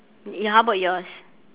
how about yours